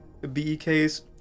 BEKs